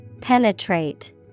Penetrate